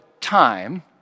time